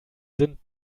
sind